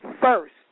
first